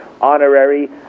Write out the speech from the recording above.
honorary